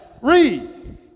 Read